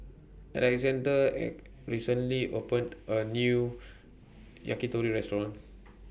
Alexa recently opened A New Yakitori Restaurant